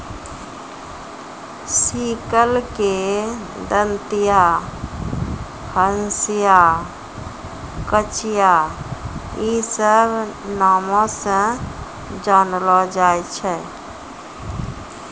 sickle के दंतिया, हंसिया, कचिया इ सभ नामो से जानलो जाय छै